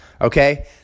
okay